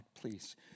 please